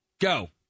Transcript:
Go